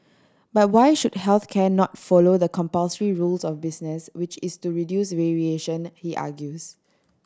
but why should health care not follow the compulsory rule of business which is to reduce variation he argues